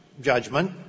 judgment